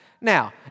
Now